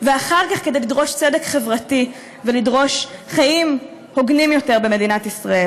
ואחר כך כדי לדרוש צדק חברתי ולדרוש חיים הוגנים יותר במדינת ישראל.